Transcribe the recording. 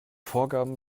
vorgaben